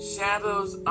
Shadows